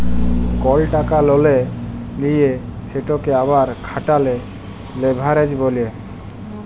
call টাকা ললে লিঁয়ে সেটকে আবার খাটালে লেভারেজ ব্যলে